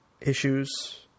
issues